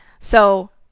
so,